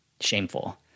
shameful